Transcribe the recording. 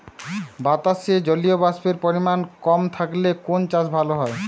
বাতাসে জলীয়বাষ্পের পরিমাণ কম থাকলে কোন চাষ ভালো হয়?